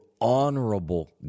honorable